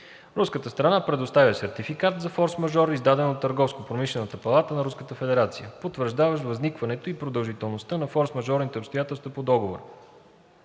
Руската страна предоставя сертификат за форсмажор, издаден от Търговско промишлената палата на Руската федерация, потвърждаващ възникването и продължителността на форсмажорните обстоятелства по Договора.